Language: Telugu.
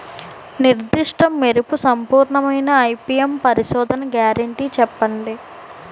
నిర్దిష్ట మెరుపు సంపూర్ణమైన ఐ.పీ.ఎం పరిశోధన గ్యారంటీ చెప్పండి?